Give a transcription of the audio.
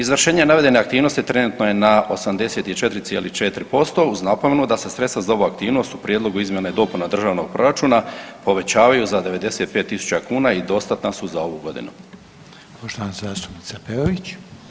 Izvršenje navedene aktivnosti trenutno je na 84,4% uz napomenu da se sredstva za ovu aktivnost u Prijedlogu izmjene i dopuna Državnog proračuna povećavaju za 95.000 kuna i dostatna su za ovu godinu.